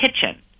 kitchen